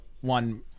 one